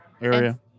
area